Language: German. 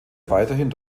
weiterhin